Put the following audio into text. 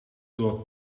door